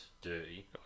dirty